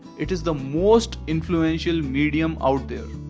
it is the most influential medium out there.